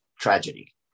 tragedy